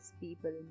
people